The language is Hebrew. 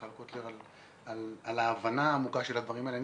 מיכל קוטלר על ההבנה העמוקה של הדברים האלה.